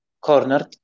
Cornered